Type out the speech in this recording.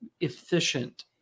efficient